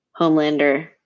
Homelander